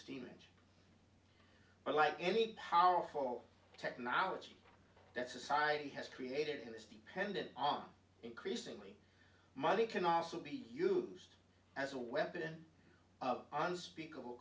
steam engine but like any powerful technology that society has created in this depended on increasingly money can also be used as a weapon of unspeakable